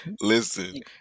listen